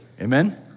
Amen